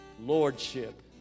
lordship